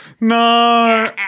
No